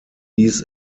dies